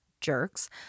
jerks